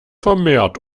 vermehrt